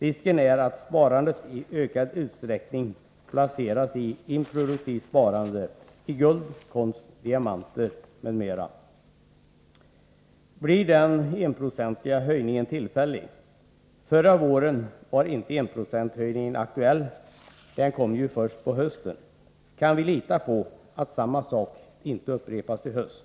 Risken är att pengarna i ökad utsträckning placeras i improduktivt sparande — i guld, konst, diamanter m.m. Blir den enprocentiga höjningen tillfällig? Förra våren var det inte aktuellt med någon enprocentig höjning, utan den kom först på hösten. Kan vi nu lita på att samma sak inte upprepas i höst?